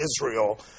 Israel